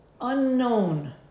unknown